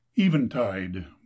Eventide